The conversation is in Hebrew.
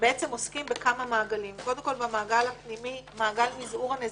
עוסקים בכמה מעגלים: קודם כול במעגל הפנימי של מזעור הנזקים,